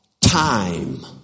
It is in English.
time